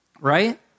right